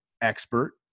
expert